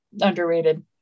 underrated